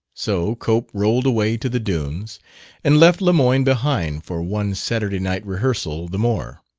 so cope rolled away to the dunes and left lemoyne behind for one saturday night rehearsal the more.